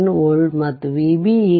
7ವೋಲ್ಟ್ ಮತ್ತು Vb 10x4